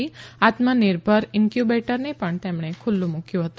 આત્મનિર્ભર ઇંકયુંબેટર ને પણ તેમણે ખુલ્લુ મૂક્યું હતું